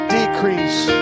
decrease